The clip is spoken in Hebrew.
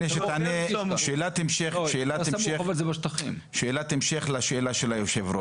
שאלת המשך לשאלה של היו"ר